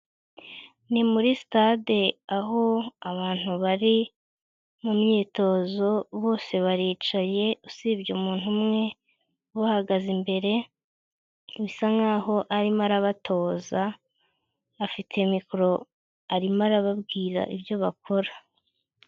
Ni muri sitade aho abantu bari mu myitozo, bose baricaye usibye umuntu umwe ubahagaze imbere, bisa nkaho arimo arabatoza, afite mikoro arimo arababwira ibyo bakora.